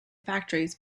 factories